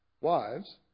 Wives